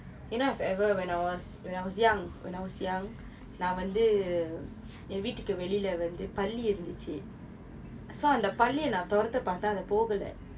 talking about this you know I've ever when I was when I was young when I was young நான் வந்து என் வீட்டுக்கு வெளியே வந்து பல்லி இருந்தது:naan vanthu en vittukku veliye vanthu palli irunthathu so அந்த பல்லியை துரத்த பார்த்தா அது போகலே:antha palliyai thurattha paartthaa athu pokalae